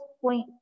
point